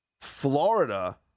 Florida